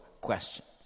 questions